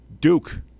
Duke